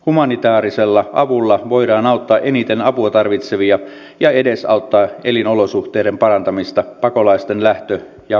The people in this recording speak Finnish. humanitaarisella avulla voidaan auttaa eniten apua tarvitsevia ja edesauttaa elinolosuhteiden parantamista pakolaisten lähtö ja lähimaissa